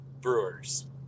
Brewers